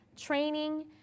training